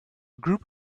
group